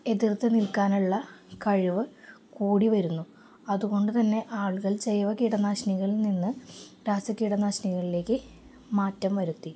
എതിർത്ത് നിൽക്കാനുള്ള കഴിവ് കൂടിവരുന്നു അതുകൊണ്ട് തന്നെ ആളുകൾ ജൈവ കീടനാശിനികളിൽ നിന്ന് രാസ കീടനാശിനികളിലേക്ക് മാറ്റം വരുത്തി